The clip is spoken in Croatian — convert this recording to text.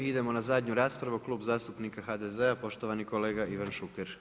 Idemo na zadnju raspravu, Klub zastupnika HDZ-a poštovani kolega Ivan Šuker.